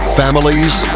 families